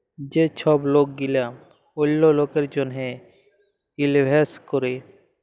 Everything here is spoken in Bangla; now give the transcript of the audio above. যে ছব লক গিলা অল্য লকের জ্যনহে ইলভেস্ট ক্যরে